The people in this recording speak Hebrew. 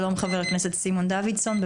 שלום חבר הכנסת סימון דוידסון.